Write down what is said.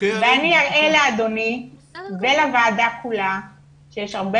ואני אראה לאדוני ולוועדה כולה שיש הרבה